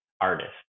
artist